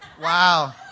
Wow